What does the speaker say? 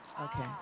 okay